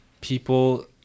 people